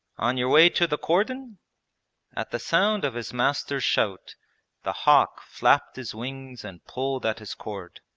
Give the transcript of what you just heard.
on your way to the cordon at the sound of his master's shout the hawk flapped his wings and pulled at his cord.